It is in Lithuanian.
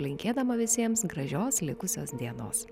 linkėdama visiems gražios likusios dienos